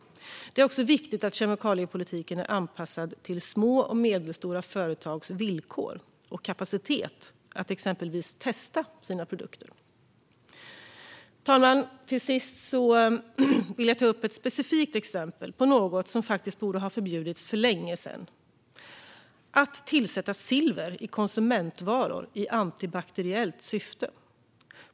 Det är också viktigt att kemikaliepolitiken är anpassad till små och medelstora företags villkor och kapacitet att exempelvis testa sina produkter. Fru talman! Sist vill jag ta upp ett specifikt exempel på något som faktiskt borde ha förbjudits för länge sedan, nämligen att tillsätta silver i konsumentvaror i antibakteriellt syfte.